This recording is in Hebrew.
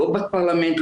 לא בפרלמנט,